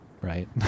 right